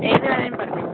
ഏത് വേണമെങ്കിലും പറഞ്ഞോളൂ